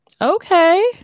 Okay